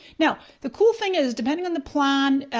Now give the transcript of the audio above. now, the cool thing is depending on the plan,